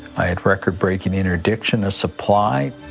record-breaking interdiction of supply,